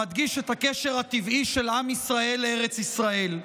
שמדגיש את הקשר הטבעי של עם ישראל לארץ ישראל.